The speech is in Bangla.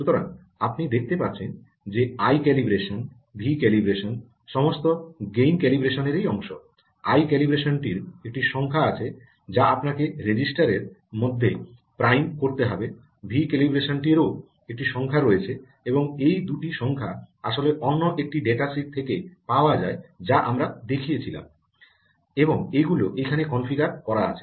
সুতরাং আপনি দেখতে পাচ্ছেন যে আই ক্যালিব্রেশন ভি ক্যালিব্রেশন সমস্ত গেইন ক্যালিব্রেশনের অংশ আই ক্যালিব্রেশনটির একটি সংখ্যা আছে যা আপনাকে রেজিস্টারের মধ্যে প্রাইম করতে হবে ভি ক্যালিব্রেশনটিরও একটি সংখ্যাও রয়েছে এবং এই দুটি সংখ্যা আসলে অন্য একটি ডেটাশিট থেকে পাওয়া যায় যা আমরা দেখেছিলাম এবং এগুলি এখানে কনফিগার করা আছে